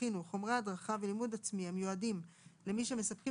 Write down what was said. יכינו חומרי הדרכה ולימוד עצמי המיועדים למי שמספקים